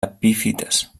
epífites